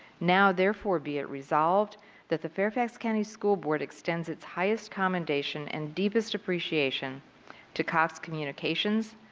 now, therefore, be it resolved that the fairfax county school board extends its highest commendation and deepest appreciation to cox communications,